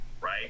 right